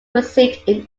received